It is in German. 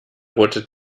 rote